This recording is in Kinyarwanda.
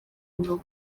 rugo